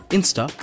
Insta